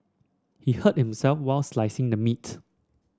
he hurt himself while slicing the meat